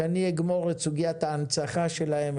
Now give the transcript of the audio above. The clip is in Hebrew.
שאני אגמור את סוגיית ההנצחה שלהם.